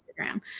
instagram